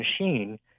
machine